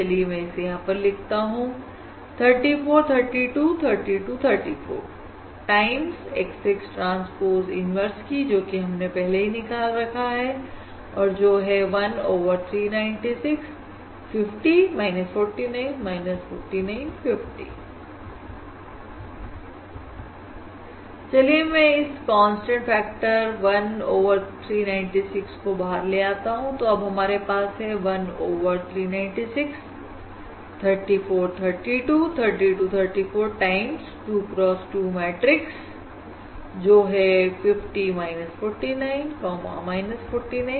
चलिए मैं इसे यहां पर लिखता हूं 34 32 32 34 time X X transpose inverse और जो कि हमने पहले ही निकाल रखा है और जो है 1 ओवर 396 50 49 49 50 चलिए मैं इस कांस्टेंट फैक्टर 1 ओवर 396 को बाहर ले आता हूं तो अब हमारे पास है 1 ओवर 396 34 32 32 34 टाइम हमारा 2 cross 2 मैट्रिक्स जो है 50 49 49 50